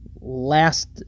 last